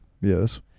yes